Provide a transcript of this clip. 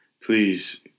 please